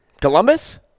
Columbus